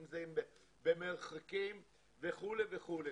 אם זה במרחקים וכו' וכו'.